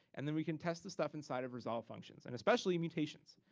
and then we can test the stuff inside of resolve functions, and especially mutations.